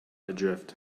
adrift